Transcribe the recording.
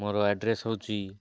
ମୋର ଆଡ଼୍ରେସ୍ ହେଉଛି